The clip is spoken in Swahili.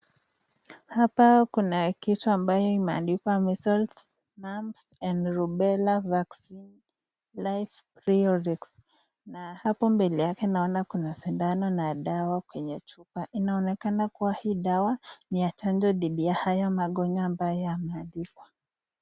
Hapa kuna kitu ambayo imeandikwa measles, mumps and rubela vaccine, live priorix na hapo mbele yake naona kuna sindano na dawa kwenye chupa. Inaonekana kuwa hii dawa ni ya chanjo dhidi ya haya magonjwa ambayo yameandikwa.